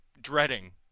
dreading